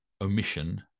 omission